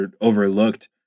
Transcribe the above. overlooked